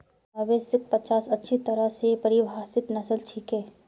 मवेशिक पचास अच्छी तरह स परिभाषित नस्ल छिके